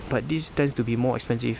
but these tends to be more expensive